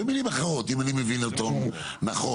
במילים אחרות אם אני מבין אותן נכון.